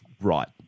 Right